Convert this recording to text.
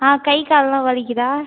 ஆ கை கால்லாம் வலிக்கிறதா